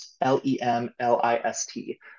l-e-m-l-i-s-t